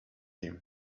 him